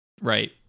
right